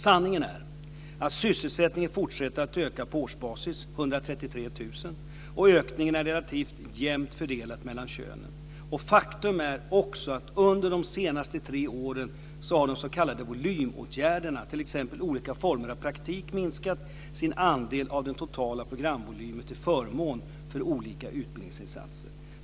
Sanningen är att sysselsättningen fortsätter att öka på årsbasis, 133 000, och ökningen är relativt jämt fördelad mellan könen. Faktum är också att under de senaste tre åren har de s.k. volymåtgärderna, t.ex. olika former av praktik, minskat sin andel av den totala programvolymen till förmån för olika utbildningsinsatser.